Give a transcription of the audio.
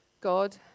God